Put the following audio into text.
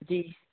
जी